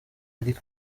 eric